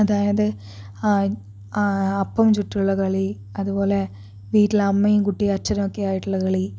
അതായത് അപ്പം ചുട്ടുള്ള കളി അതുപോലെ വീട്ടിലമ്മയും കുട്ടിയും അച്ഛനും ഒക്കെ ആയിട്ടുള്ള കളി